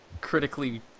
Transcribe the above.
Critically